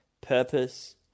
purpose